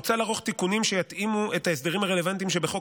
מוצע לערוך תיקונים שיתאימו את ההסדרים הרלוונטיים שבחוק